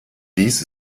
dies